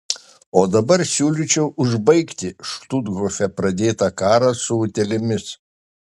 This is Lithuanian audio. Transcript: o dabar siūlyčiau užbaigti štuthofe pradėtą karą su utėlėmis